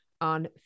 on